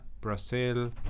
Brazil